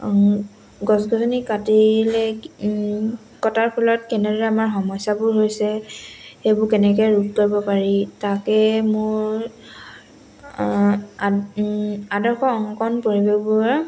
গছ গছনি কাটিলে কটাৰ ফলত কেনেদৰে আমাৰ সমস্যাবোৰ হৈছে সেইবোৰ কেনেকৈ ৰোধ কৰিব পাৰি তাকে মোৰ আ আদৰ্শ অংকণ পৰিৱেশবোৰৰ